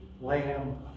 lamb